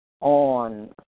on